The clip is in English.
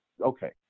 Okay